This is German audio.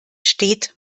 steht